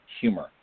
humor